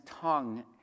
tongue